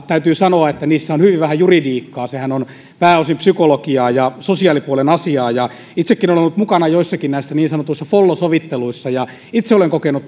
täytyy sanoa että niissä on hyvin vähän juridiikkaa sehän on pääosin psykologiaa ja sosiaalipuolen asiaa itsekin olen ollut mukana joissakin näissä niin sanotuissa follo sovitteluissa ja ainakin itse olen kokenut